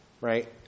right